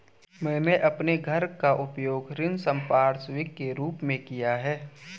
मैंने अपने घर का उपयोग ऋण संपार्श्विक के रूप में किया है